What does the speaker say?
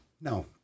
No